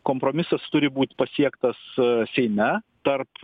kompromisas turi būt pasiektas seime tarp